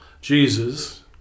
Jesus